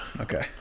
Okay